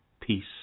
peace